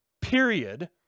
period